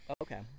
Okay